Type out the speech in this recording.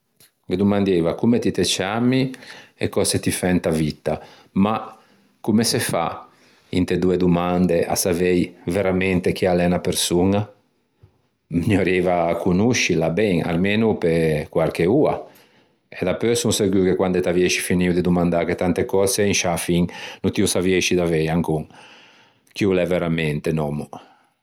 Ghe domandieiva comme ti te ciammi e cöse ti fæ inta vitta, ma comme se fa inte doe domande à savei veramente chi a l'é unna persoña? Mi orrieiva conoscila ben pe almeno quarche oa e dapeu son seguo che quande t'aviesci finio de domandâghe tante cöse in sciâ fin no ti ô saviesci davei ancon chi o l'é veramente un òmmo